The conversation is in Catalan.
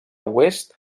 oest